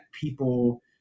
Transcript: people